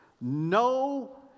No